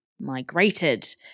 migrated